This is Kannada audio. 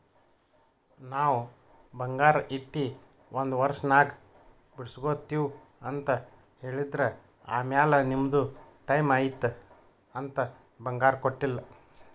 ನಾವ್ ಬಂಗಾರ ಇಟ್ಟಿ ಒಂದ್ ವರ್ಷನಾಗ್ ಬಿಡುಸ್ಗೊತ್ತಿವ್ ಅಂತ್ ಹೇಳಿದ್ರ್ ಆಮ್ಯಾಲ ನಿಮ್ದು ಟೈಮ್ ಐಯ್ತ್ ಅಂತ್ ಬಂಗಾರ ಕೊಟ್ಟೀಲ್ಲ್